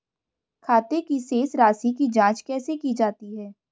खाते की शेष राशी की जांच कैसे की जाती है?